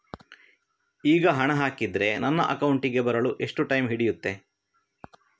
ಈಗ ಹಣ ಹಾಕಿದ್ರೆ ನನ್ನ ಅಕೌಂಟಿಗೆ ಬರಲು ಎಷ್ಟು ಟೈಮ್ ಹಿಡಿಯುತ್ತೆ?